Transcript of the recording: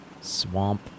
Swamp